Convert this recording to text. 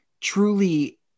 truly